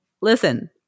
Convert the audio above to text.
listen